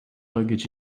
luggage